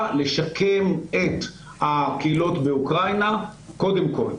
לשקם את הקהילות באוקראינה קודם כל,